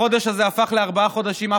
החודש הזה הפך לארבעה חודשים,